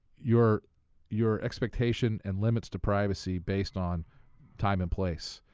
your your expectation and limits to privacy based on time and place.